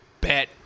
bet